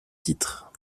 titres